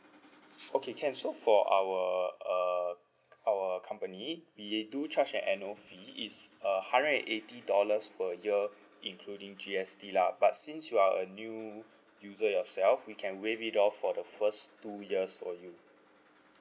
okay can so for our uh our company we do charge an annual fee it's a hundred and eighty dollars per year including G_S_T lah but since you are a new user yourself we can waive it off for the first two years for you